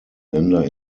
länder